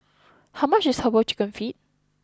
how much is Herbal Chicken Feet